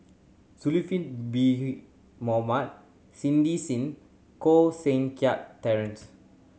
Zulkifli Bin Mohamed Cindy Sim Koh Seng Kiat Terence